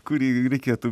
kurį reikėtų